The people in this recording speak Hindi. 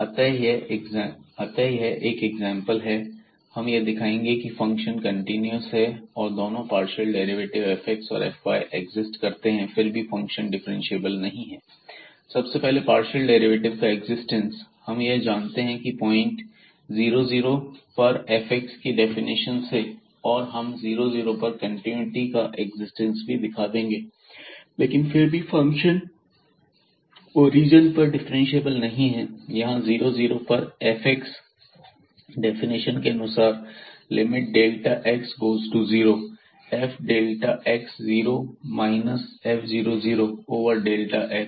अतः यह एक एग्जांपल है हम यह दिखाएंगे की फंक्शन कंटीन्यूअस है और दोनों पार्शियल डेरिवेटिव fx और fy एक्सिस्ट करते हैं फिर भी फंक्शन डिफ्रेंशिएबल नहीं है सबसे पहले पार्शियल डेरिवेटिव का एक्जिस्टेंस हम यह जानते हैं की पॉइंट 0 0 पर fx की डेफिनेशन से और हम 00 पर कंटिन्यूटी का एक्जिस्टेंस भी दिखा देंगे लेकिन फिर भी फंक्शन ओरिजन पर डिफ्रेंशिएबल नहीं है यहां 00 पर fx डेफिनेशन के अनुसार limit delta x goes to zero f delta x zero minus f00 over delta x